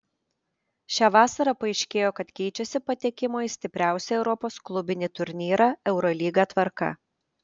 šią vasarą paaiškėjo kad keičiasi patekimo į stipriausią europos klubinį turnyrą eurolygą tvarka